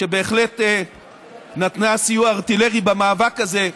שבהחלט נתנה סיוע ארטילרי במאבק הזה,